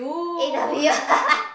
is the beer